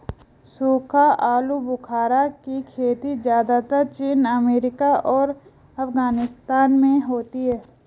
सूखा आलूबुखारा की खेती ज़्यादातर चीन अमेरिका और अफगानिस्तान में होती है